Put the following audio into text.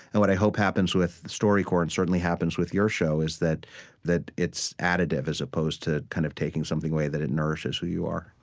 and what i hope happens with storycorps, and certainly happens with your show, is that that it's additive as opposed to kind of taking something away, that it nourishes who you are